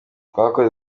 twakoze